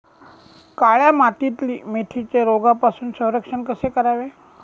काळ्या मातीतील मेथीचे रोगापासून संरक्षण कसे करावे?